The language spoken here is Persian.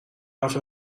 حرف